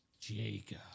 Jacob